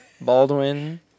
Baldwin